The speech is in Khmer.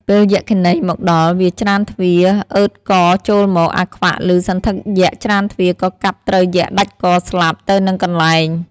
ពេលយក្ខិនីមកដល់ វាច្រានទ្វារអើតកចូលមក អាខ្វាក់ ឮសន្ធឹកយក្ខច្រានទ្វារ ក៏កាប់ត្រូវយក្ខដាច់កស្លាប់នៅនឹងកន្លែង។